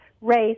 race